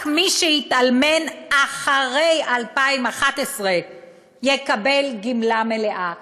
מי שהתאלמן אחרי 2011 יקבל גמלה מלאה,